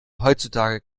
heutzutage